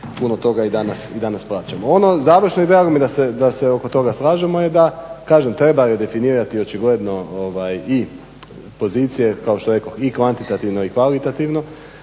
puno toga i danas plaćamo. Ono završno i drago mi je da se oko toga slažemo je da kažem treba definirati očigledno i pozicije kao što rekoh i kvantitativno i kvalitativno,